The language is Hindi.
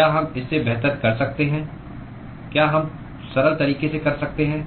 क्या हम इससे बेहतर कर सकते हैं क्या हम सरल तरीके से कर सकते हैं